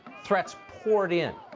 threats poured in.